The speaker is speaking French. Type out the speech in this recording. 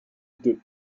deux